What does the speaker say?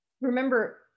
Remember